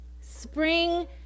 spring